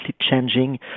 changing